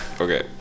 Okay